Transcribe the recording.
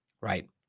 right